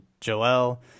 Joel